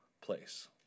place